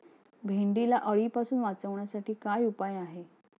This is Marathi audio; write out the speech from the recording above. भेंडीला अळीपासून वाचवण्यासाठी काय उपाय आहे?